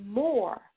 more